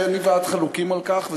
ואני ואת חלוקים על כך,